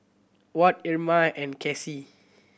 Ward Irma and Kasey